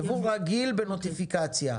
ייבוא רגיל בנוטיפיקציה.